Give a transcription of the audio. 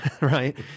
right